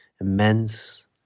immense